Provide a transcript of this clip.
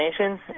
Nation